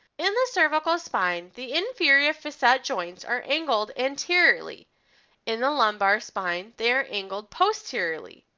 in the cervical spine, the inferior facet joints are angled anteriorly in the lumbar spine, they're angled posteriorly,